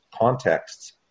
contexts